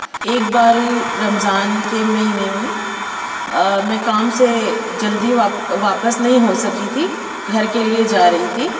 ایک باری رمضان کے مہینے میں میں کام سے جلدی واپس نہیں ہو سکی تھی گھر کے لئے جا رہی تھی